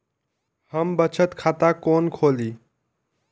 हम बचत खाता कोन खोली?